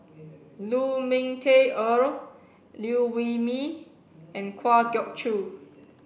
Lu Ming Teh Earl Liew Wee Mee and Kwa Geok Choo